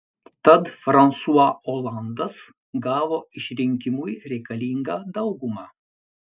tad fransua olandas gavo išrinkimui reikalingą daugumą